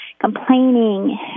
complaining